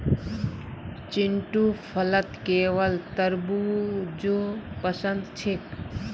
चिंटूक फलत केवल तरबू ज पसंद छेक